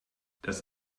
das